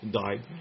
died